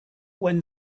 when